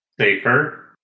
safer